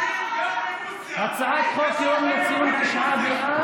באב, התשפ"ב 2021,